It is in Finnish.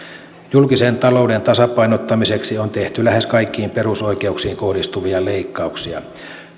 julkisen talouden tasapainottamiseksi on tehty lähes kaikkiin perusoikeuksiin kohdistuvia leikkauksia